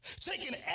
Taking